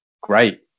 great